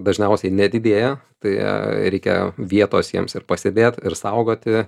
dažniausiai nedidėja tai reikia vietos jiems ir pasidėt ir saugoti